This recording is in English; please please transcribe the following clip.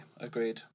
agreed